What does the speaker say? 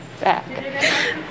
back